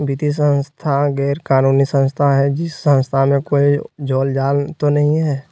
वित्तीय संस्था गैर कानूनी संस्था है इस संस्था में कोई झोलझाल तो नहीं है?